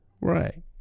Right